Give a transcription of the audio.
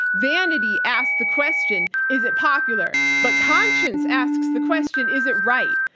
vanity asks the question, is it popular? but conscience asks the question, is it right?